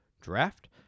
draft